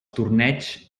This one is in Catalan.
torneigs